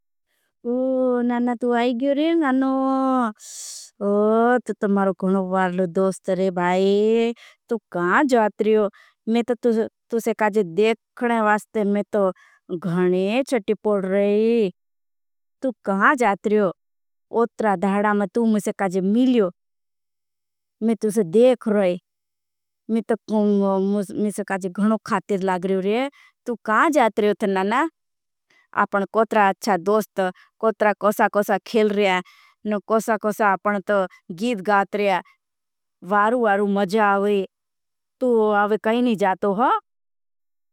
नना तु आईगी हो रहे हैं नना तु तम्हारों गनवालों दोस्त हो रहे हैं। भाई तु कहाँ जात रहे हो मैं तो तुसे काज़े। देखने वास्ते मैं तो गने चटी पोड़ रहे हैं तु कहाँ जात रहे हो तु। आईगी हो रहे हैं नना आपन कोटरा अच्छा। दोस्त कोटरा कोसा कोसा खेल रहे हैं न कोसा कोसा आपन तो। गीद गात रहे हैं वारु वारु मज़ा आवे तु आवे कहनी जात रहे हो।